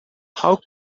how